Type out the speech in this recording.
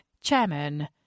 Chairman